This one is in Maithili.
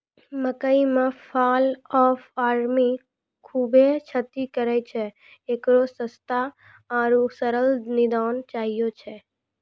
मकई मे फॉल ऑफ आर्मी खूबे क्षति करेय छैय, इकरो सस्ता आरु सरल निदान चाहियो छैय?